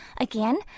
Again